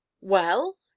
Well